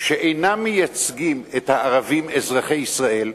שאינם מייצגים את הערבים אזרחי ישראל,